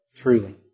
truly